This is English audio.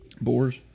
Boars